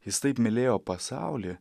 jis taip mylėjo pasaulį